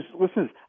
listen